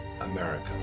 America